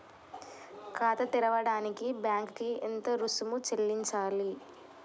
ఖాతా తెరవడానికి బ్యాంక్ కి ఎంత రుసుము చెల్లించాలి?